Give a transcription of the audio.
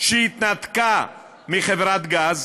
שהתנתקה מחברת גז,